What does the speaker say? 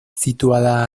situada